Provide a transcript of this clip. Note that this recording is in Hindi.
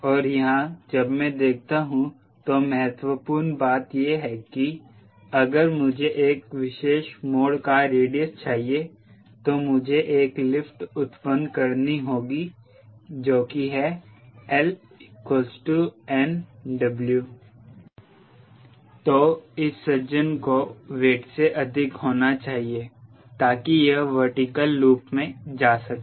और यहाँ जब मैं देखता हूँ तो महत्वपूर्ण बात यह है कि अगर मुझे एक विशेष मोड़ का रेडियस चाहिए तो मुझे एक लिफ्ट उत्पन्न करनी होगी जो की है 𝐿 𝑛𝑊 तो इस सज्जन को वेट से अधिक होना चाहिए ताकि यह वर्टिकल लूप में जा सके